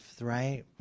right